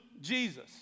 Jesus